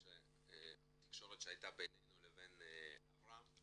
זה התקשורת שהייתה בינינו לבין אברהם,